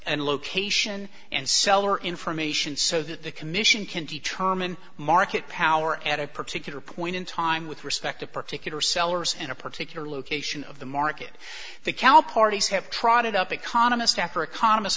and location and seller information so that the commission can determine market power at a particular point in time with respect to particular sellers in a particular location of the market the cal parties have trotted up economist after economist